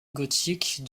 gothique